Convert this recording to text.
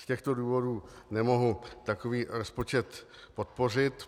Z těchto důvodů nemohu takový rozpočet podpořit.